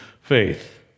faith